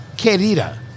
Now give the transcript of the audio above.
Querida